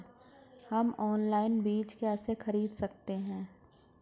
हम ऑनलाइन बीज कैसे खरीद सकते हैं?